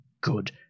good